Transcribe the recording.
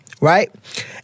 right